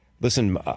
Listen